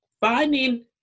finding